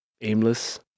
aimless